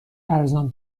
ارزان